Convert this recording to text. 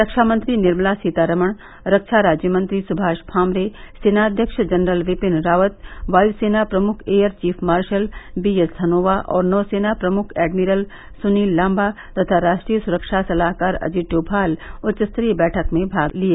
रक्षामंत्री निर्मला सीतारमण रक्षा राज्यमंत्री सुभाष भामरे सेना अध्यक्ष जनरल विपिन रावत वायुसेना प्रमुख air chief marshal B S Dhanoa और नौसेना प्रमुख एडमिरल सुनील लाम्बा तथा राष्ट्रीय सुरक्षा सलाहकार अजीत डोमाल उच्चस्तरीय बैठक में भाग लिया